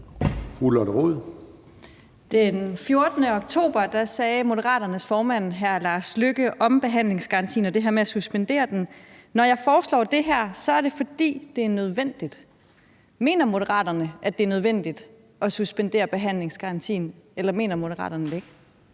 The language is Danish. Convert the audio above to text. Den 14. oktober sagde Moderaternes formand, hr. Lars Løkke Rasmussen, om behandlingsgarantien og det her med at suspendere den: »Når jeg foreslår det her, så er det fordi, det er nødvendigt ...«. Mener Moderaterne, at det er nødvendigt at suspendere behandlingsgarantien, eller mener Moderaterne det ikke?